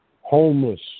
homeless